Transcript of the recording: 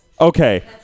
Okay